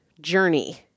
Journey